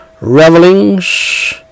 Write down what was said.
revelings